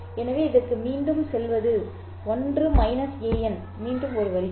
எனவே இதற்கு மீண்டும் செல்வது 1 an மீண்டும் ஒரு வரிசை